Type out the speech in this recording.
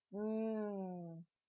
mm